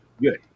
good